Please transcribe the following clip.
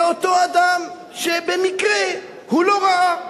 שלאותו אדם שבמקרה הוא לא ראה,